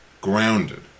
grounded